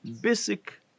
basic